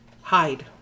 hide